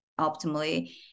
optimally